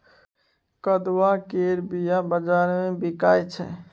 कदुआ केर बीया बजार मे बिकाइ छै